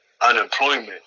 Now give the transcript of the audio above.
unemployment